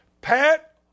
Pat